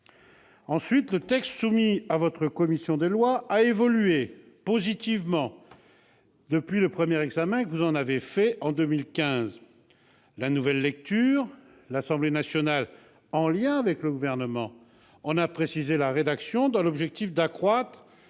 Ensuite, le texte soumis à votre commission des lois a évolué positivement depuis le premier examen que vous en avez fait en 2015. La nouvelle lecture à l'Assemblée nationale, en lien avec le Gouvernement, a permis d'en préciser la rédaction dans l'objectif d'accroître